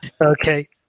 Okay